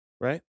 right